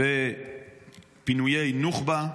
בפינויי נוח'בה,